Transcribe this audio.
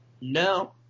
No